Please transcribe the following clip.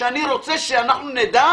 ואני רוצה שאנחנו נדע